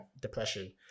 depression